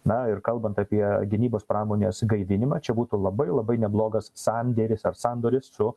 na ir kalbant apie gynybos pramonės gaivinimą čia būtų labai labai neblogas sandėris ar sandoris su